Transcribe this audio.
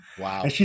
Wow